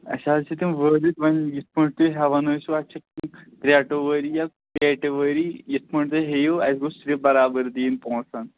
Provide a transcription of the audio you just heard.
اَسہِ حظ چھِ تِم وٲلِتھ وۄنۍ یِتھ پٲنٛٹھۍ تُہۍ ہٮ۪وان ٲسِو اَسہِ چھِ وٲری یا پیٹہِ وٲری یِتھ پٲنٛٹھۍ تُہۍ ہیٚیِو اَسہِ گَوٚژھ صرِف برابٔردی یِنۍ پوںٛسَن